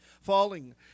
falling